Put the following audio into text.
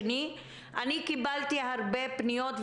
קיבלתי הרבה פניות,